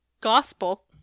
Gospel